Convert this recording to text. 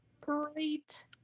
Great